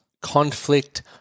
conflict